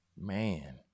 man